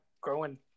growing